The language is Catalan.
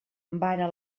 vara